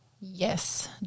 Yes